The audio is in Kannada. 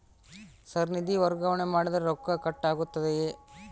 ಸರ್ ನಿಧಿ ವರ್ಗಾವಣೆ ಮಾಡಿದರೆ ರೊಕ್ಕ ಕಟ್ ಆಗುತ್ತದೆಯೆ?